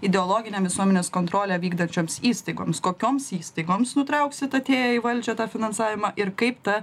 ideologinėm visuomenės kontrolę vykdančioms įstaigoms kokioms įstaigoms nutrauksit atėję į valdžią tą finansavimą ir kaip ta